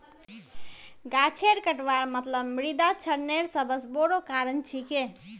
गाछेर कटवार मतलब मृदा क्षरनेर सबस बोरो कारण छिके